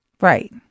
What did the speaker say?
Right